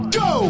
go